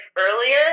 earlier